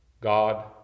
God